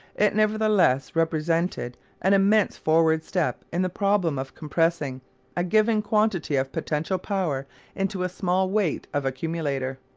it nevertheless represented an immense forward step in the problem of compressing a given quantity of potential power into a small weight of accumulator.